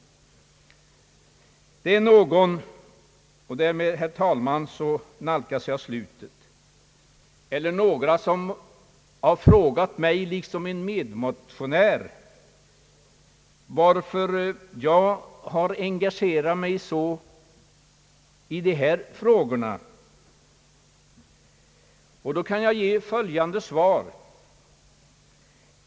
Någon har frågat mig, liksom min medmotionär, varför jag engagerar mig så starkt i dessa frågor. Jag kan ge följande svar.